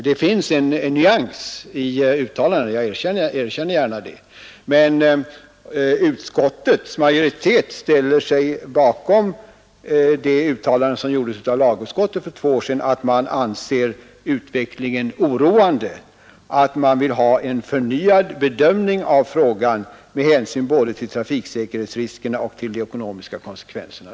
Det finns olika nyanser i uttalandena — jag erkänner gärna detta — men utskottets majoritet ställer sig bakom det uttalande som gjordes av tredje lagutskottet för två år sedan, nämligen att man anser utvecklingen oroande och vill ha en förnyad bedömning av frågan med hänsyn både till trafiksäkerhetsriskerna och till de ekonomiska konsekvenserna.